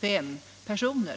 fem personer.